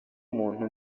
umuntu